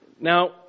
Now